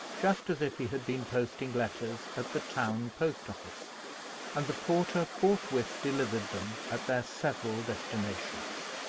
just as if he had been posting letters at the town post-office and the porter forthwith delivered them at their several destinations.